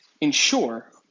ensure